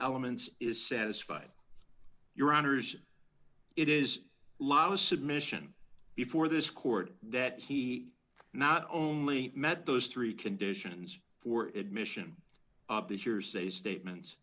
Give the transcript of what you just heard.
elements is satisfied your honors it is a lot of submission before this court that he not only met those three conditions for it mission of the hearsay statements